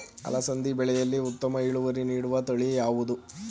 ಅಲಸಂದಿ ಬೆಳೆಯಲ್ಲಿ ಉತ್ತಮ ಇಳುವರಿ ನೀಡುವ ತಳಿ ಯಾವುದು?